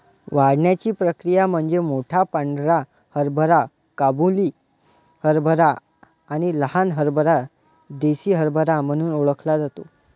वाढण्याची प्रक्रिया म्हणजे मोठा पांढरा हरभरा काबुली हरभरा आणि लहान हरभरा देसी हरभरा म्हणून ओळखला जातो